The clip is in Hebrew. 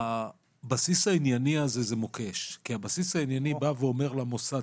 הבסיס הענייני הזה זה מוקש כי הבסיס הענייני בא ואומר למוסד,